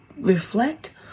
reflect